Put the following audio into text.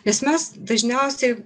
nes mes dažniausiai